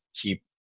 keep